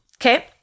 okay